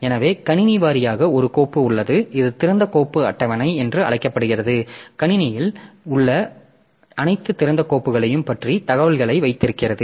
எனவே கணினி வாரியாக ஒரு கோப்பு உள்ளது இது திறந்த கோப்பு அட்டவணை என்று அழைக்கப்படுகிறது கணினியில் உள்ள அனைத்து திறந்த கோப்புகளையும் பற்றிய தகவல்களை வைத்திருக்கிறது